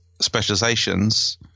specializations